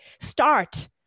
Start